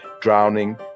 drowning